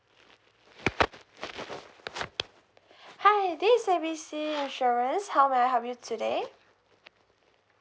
hi this is A B C insurance how may I help you today